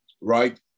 right